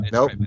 Nope